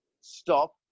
stop